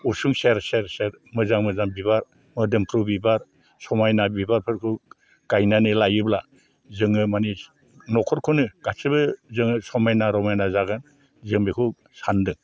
उसुं सेर सेर सेर मोजां मोजां बिबार मोदोमफ्रु बिबार समायना बिबारफोरखौ गायनानै लायोब्ला जोङो मानि न'खरखौनो गासिबो जोङो समायना रमायना जागोन जों बेखौ सान्दों